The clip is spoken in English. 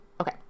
okay